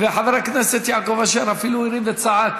וחבר הכנסת יעקב אשר אפילו הרים וצעק